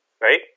right